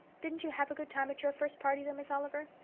didn't you have a good time at your first party, though, miss oliver?